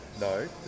No